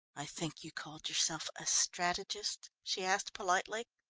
i think you called yourself a strategist, she asked politely.